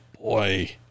Boy